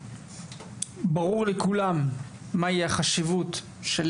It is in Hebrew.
ברור לכולם מה היא חשיבות החינוך וחשיבות